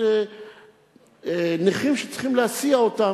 של נכים שצריך להסיע אותם,